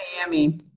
Miami